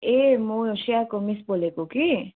ए म श्रेयाको मिस बोलेको कि